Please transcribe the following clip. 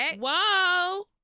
Whoa